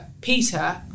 Peter